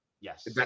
Yes